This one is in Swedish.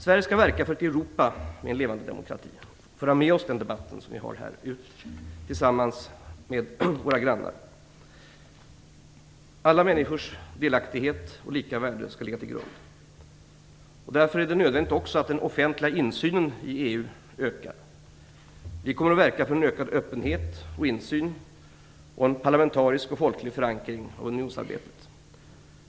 Sverige skall verka för ett Europa med en levande demokrati. Vi skall ta med oss den debatt som vi för här hemma ut till våra grannar. Alla människors lika värde och delaktighet skall ligga som grund. Det är därför också nödvändigt att den offentliga insynen i EU ökar. Vi kommer att verka för en ökad öppenhet och insyn och för en parlamentarisk och folklig förankring av unionsarbetet.